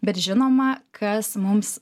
bet žinoma kas mums